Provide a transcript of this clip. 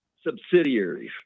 subsidiaries